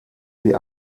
sie